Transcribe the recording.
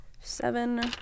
Seven